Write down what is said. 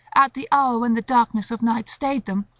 at the hour when the darkness of night stayed them,